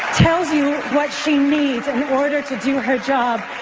tells you what she needs in order to do her job,